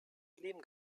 lehm